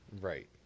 Right